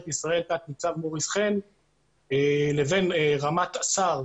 ישראל תת-ניצב מוריס חן לבין רמ"ט השר